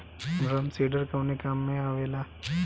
Drum seeder कवने काम में आवेला?